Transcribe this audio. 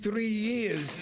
three years